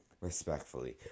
Respectfully